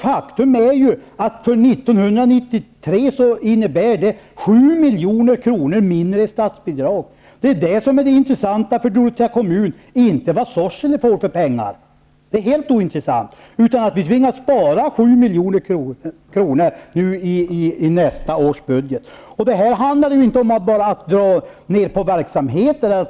Faktum är att det för 1993 innebär 7 milj.kr. mindre i statsbidrag, som vi tvingas spara i nästa års budget. Det är det som är det intressanta för Dorotea kommun, inte hur mycket pengar Sorsele får. Det handlar inte bara om att dra ned på verksamheter.